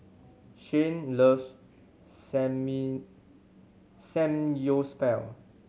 Shane loves Samgyeopsal